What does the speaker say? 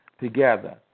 together